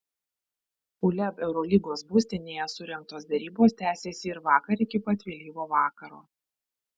uleb eurolygos būstinėje surengtos derybos tęsėsi ir vakar iki pat vėlyvo vakaro